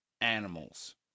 animals